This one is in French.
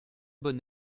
bon